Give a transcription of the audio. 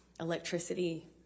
electricity